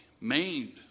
maimed